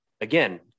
again